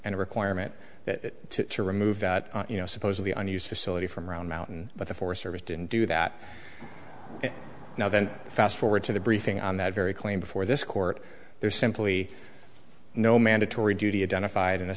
and a requirement that to remove you know supposedly unused facility from around mountain but the forest service didn't do that now then fast forward to the briefing on that very claim before this court there's simply no mandatory duty identified in a